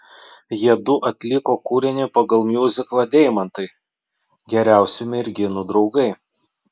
jiedu atliko kūrinį pagal miuziklą deimantai geriausi merginų draugai